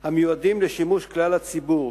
המיועדים לשימוש כלל הציבור,